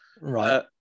Right